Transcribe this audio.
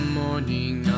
morning